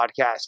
podcast